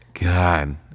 God